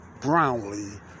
Brownlee